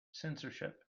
censorship